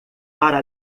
para